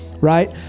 right